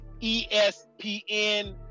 ESPN